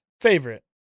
Favorite